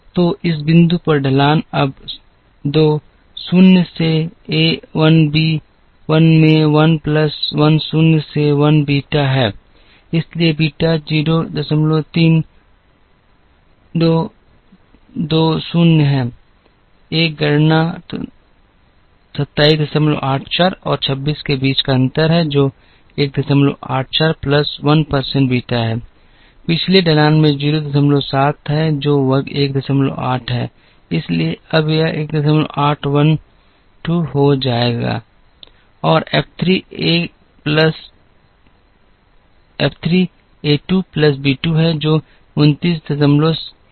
तो इस बिंदु पर ढलान अब 2 शून्य से एक 1 बी 1 में 1 प्लस 1 शून्य से 1 बीटा है इसलिए बीटा 03 2 2 शून्य है 1 गणना 2784 और 26 के बीच का अंतर है जो 184 प्लस 1 बीटा है पिछले ढलान में 07 है जो 18 है इसलिए यह अब 1812 हो गया है और F 3 एक 2 प्लस b 2 है जो 29652 है